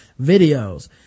videos